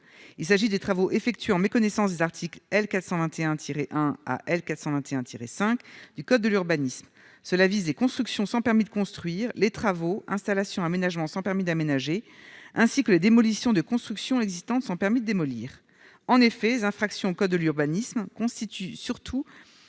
il s'agit des travaux effectués en méconnaissance des articles L. 421 tirer hein, ah elle 421 tiré 5 du code de l'urbanisme, cela vise des constructions sans permis de construire les travaux installation aménagement sans permis d'aménager ainsi que les démolitions de constructions existantes sont permis de démolir en effet infractions au code de l'urbanisme constitue surtout